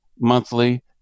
monthly